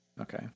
Okay